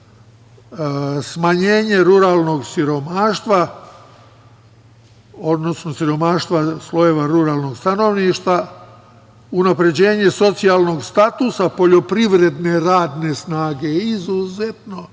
smanjenje ruralnog siromaštva, odnosno siromaštva ruralnog stanovništva, unapređenje socijalnog statusa poljoprivredne radne snage i izuzetno